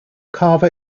carver